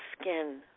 skin